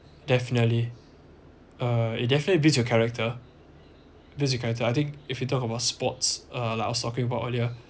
definitely uh it definite builds your character builds your character I think if you talk about sports uh like I was talking about earlier